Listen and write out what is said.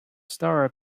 story